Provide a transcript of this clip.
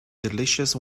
delicious